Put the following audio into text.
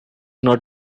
not